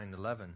9-11